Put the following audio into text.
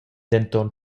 denton